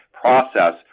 process